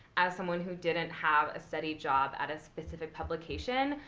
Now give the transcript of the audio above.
as someone who didn't have a steady job at a specific publication,